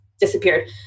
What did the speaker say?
disappeared